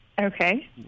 Okay